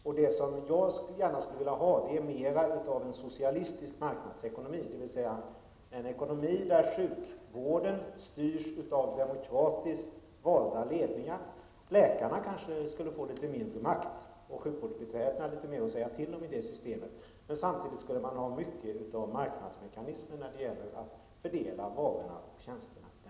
Jag skulle gärna vilja ha mer av en socialistisk marknadsekonomi, dvs. en ekonomi där sjukvården styrs av demokratiskt valda ledningar. Läkarna skulle kanske få litet mindre makt och sjukvårdsbiträdena skulle få mer att säga till om i detta system. Samtidigt skulle man i denna ekonomi ha mycket av marknadsmekanismer när det gäller att fördela varorna och tjänsterna.